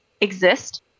exist